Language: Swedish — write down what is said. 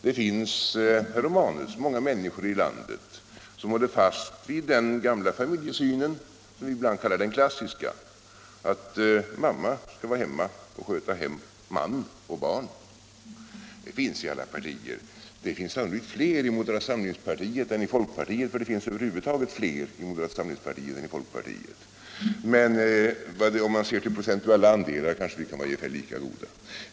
Det finns, herr Romanus, många människor i landet som håller fast vid den gamla familjesynen — ibland kallad den klassiska — att mamma skall vara hemma och sköta man och barn. Sådana uppfattningar finns inom alla partier. Det är sannolikt fler som tycker så i moderata samlingspartiet än i folkpartiet på grund av att det finns fler människor i moderata samlingspartiet än i folkpartiet. Om vi ser till procentuella andelar kan vi kanske vara ungefär lika goda.